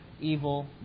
evil